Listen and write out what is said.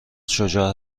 شجاع